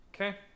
Okay